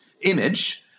image